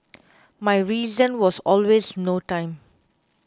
my reason was always no time